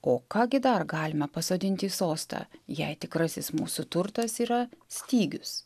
o ką gi dar galime pasodinti į sostą jei tikrasis mūsų turtas yra stygius